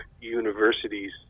universities